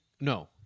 no